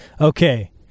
okay